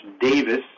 Davis